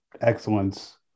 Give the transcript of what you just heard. excellence